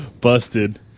Busted